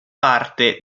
parte